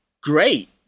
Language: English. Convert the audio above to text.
great